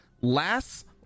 last